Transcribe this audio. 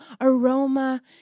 aroma